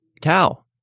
Cow